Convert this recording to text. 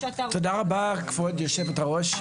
תודה רבה, כבוד היושבת-ראש.